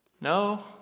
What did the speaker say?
No